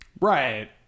right